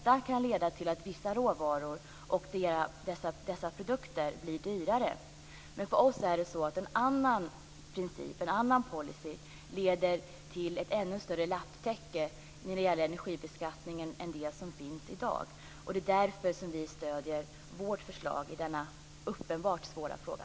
Det kan leda till att vissa råvaror och produkter blir dyrare. Men en annan princip och policy leder till ett ännu större lapptäcke när det gäller energibeskattningen än det som finns i dag. Det är därför som vi stöder vårt förslag i denna uppenbart svåra fråga.